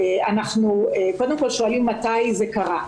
אנחנו קודם כל שואלים מתי זה קרה.